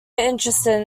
interested